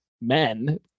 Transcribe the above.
men